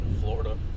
Florida